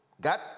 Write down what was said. got